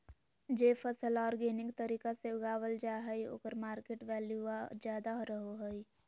जे फसल ऑर्गेनिक तरीका से उगावल जा हइ ओकर मार्केट वैल्यूआ ज्यादा रहो हइ